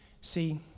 See